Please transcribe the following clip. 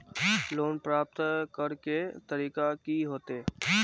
Loan प्राप्त करे के तरीका की होते?